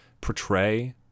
portray